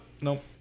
nope